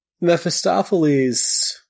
Mephistopheles –